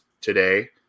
today